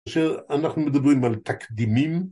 ‫כאשר אנחנו מדברים על תקדימים.